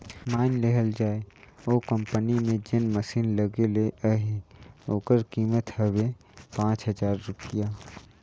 माएन लेहल जाए ओ कंपनी में जेन मसीन लगे ले अहे ओकर कीमेत हवे पाच लाख रूपिया